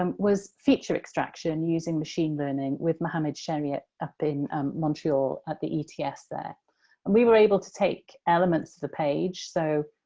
um was feature extraction using machine learning with mohamed cheriet up in montreal at the ets there. and we were able to take elements of the page so,